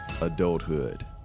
adulthood